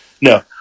no